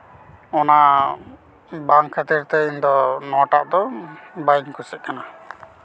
ᱚᱱᱟ ᱵᱟᱝ ᱠᱷᱟᱹᱛᱤᱨ ᱛᱮ ᱤᱧ ᱫᱚ ᱱᱚᱣᱟᱴᱟᱜ ᱫᱚ ᱵᱟᱹᱧ ᱠᱩᱥᱤᱭᱟᱜ ᱠᱟᱱᱟ